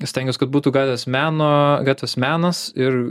stengiuos kad būtų gatvės meno gatvės menas ir